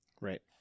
Right